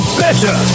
better